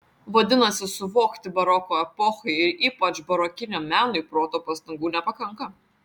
vadinasi suvokti baroko epochai ir ypač barokiniam menui proto pastangų nepakanka